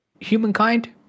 humankind